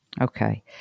Okay